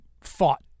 fought